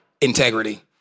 integrity